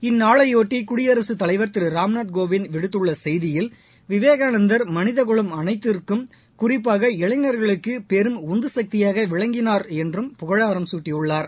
இந்நாளைபொட்டி குடியரசுத் தலைவர் திரு ராம்நாத் கோவிந்த் விடுத்துள்ள செய்தியில் விவேகானந்தர் குலம் அனைத்திற்கும் குறிப்பாக இளைஞர்களுக்கு பெரும் உந்து சக்தியாக விளங்கினார் என்று புகழாரம் மனித குட்டியுள்ளார்